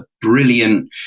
brilliant